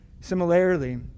Similarly